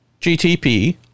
GTP